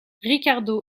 riccardo